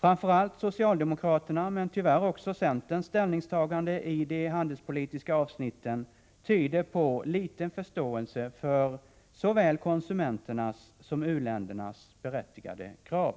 Framför allt socialdemokraternas men tyvärr också centerns ställningstaganden i de handelspolitiska avsnitten tyder på liten förståelse för såväl konsumenternas som u-ländernas berättigade krav.